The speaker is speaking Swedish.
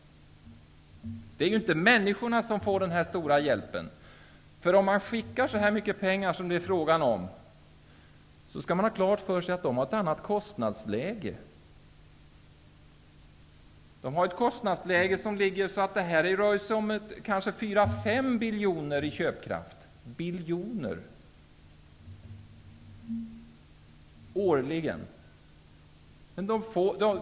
Det är inte människorna som får den stora hjälpen. Vi skickar mycket pengar, men vi skall ha klart för oss att dessa länder har ett annat kostnadsläge -- det kanske rör sig om 4--5 biljoner i köpkraft årligen.